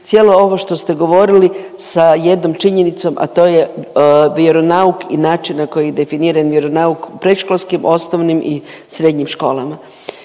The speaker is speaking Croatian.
cijelo ovo što ste govorili sa jednom činjenicom, a to je vjeronauk i način na koji je definiran vjeronauk u predškolskim, osnovnim i srednjim školama.